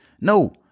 No